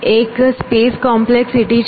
એક space complexity છે